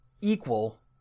equal